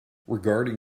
regarding